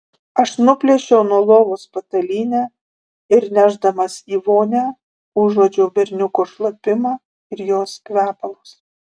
aš nuplėšiau nuo lovos patalynę ir nešdamas į vonią užuodžiau berniuko šlapimą ir jos kvepalus